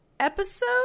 episode